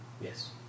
Yes